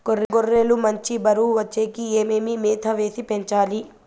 గొర్రె లు మంచి బరువు వచ్చేకి ఏమేమి మేత వేసి పెంచాలి?